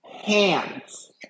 hands